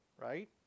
right